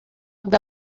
bwa